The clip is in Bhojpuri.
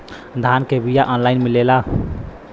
धान के बिया ऑनलाइन मिलेला?